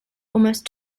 almost